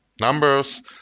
numbers